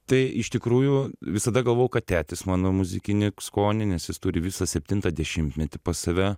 tai iš tikrųjų visada galvojau kad tėtis mano muzikinį skonį nes jis turi visą septintą dešimtmetį pas save